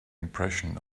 impression